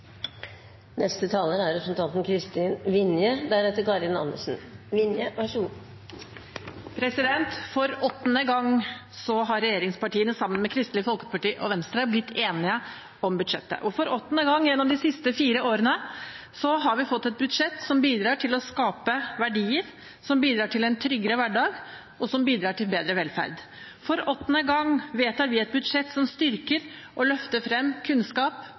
For åttende gang har regjeringspartiene sammen med Kristelig Folkeparti og Venstre blitt enige om budsjettet. For åttende gang gjennom de siste fire årene har vi fått et budsjett som bidrar til å skape verdier, som bidrar til en tryggere hverdag, og som bidrar til bedre velferd. For åttende gang vedtar vi et budsjett som styrker og løfter frem kunnskap,